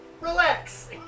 Relax